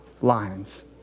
lines